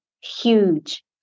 huge